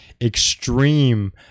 extreme